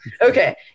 Okay